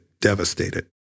devastated